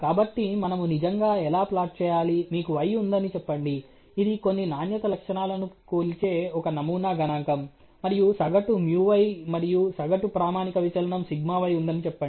కాబట్టి మనము నిజంగా ఎలా ప్లాట్ చేయాలి మీకు y ఉందని చెప్పండి ఇది కొన్ని నాణ్యత లక్షణాలను కొలిచే ఒక నమూనా గణాంకం మరియు సగటు µy మరియు సగటు ప్రామాణిక విచలనం σy ఉందని చెప్పండి